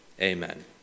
Amen